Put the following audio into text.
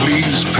Please